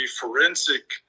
forensic